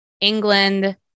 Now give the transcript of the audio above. England